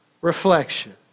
reflection